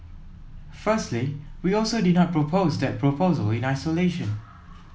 firstly we also did not propose that proposal in isolation